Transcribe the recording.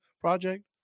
Project